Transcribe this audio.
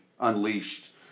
unleashed